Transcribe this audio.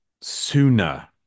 sooner